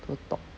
to the top